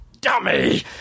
dummy